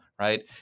right